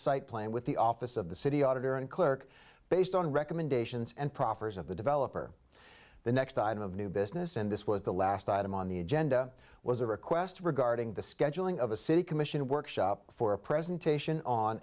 site plan with the office of the city auditor and clerk based on recommendations and proffers of the developer the next item of new business and this was the last item on the agenda was a request regarding the scheduling of a city commission workshop for a presentation on